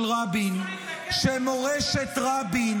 רבין -- ניסו להתנקש בראש ממשלת ישראל,